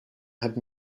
had